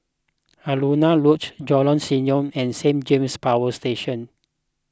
Alaunia Lodge Jalan Senyum and Saint James Power Station